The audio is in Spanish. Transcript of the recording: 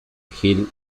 gil